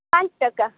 પાંચ ટકા